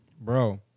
bro